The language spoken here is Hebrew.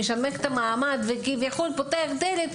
משנמך את המעמד וכביכול פותח דלת,